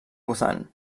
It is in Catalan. bhutan